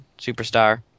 Superstar